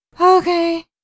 Okay